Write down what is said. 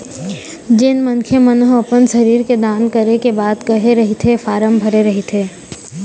जेन मनखे मन ह अपन शरीर के दान करे के बात कहे रहिथे फारम भरे रहिथे